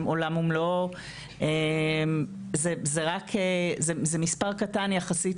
הם עולם ומלואו זה רק מספר קטן יחסית